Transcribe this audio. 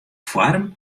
foarm